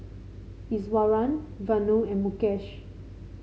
Iswaran Vanu and Mukesh